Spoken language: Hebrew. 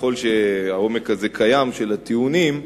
ככל שהעומק הזה של הטיעונים קיים,